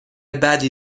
بدی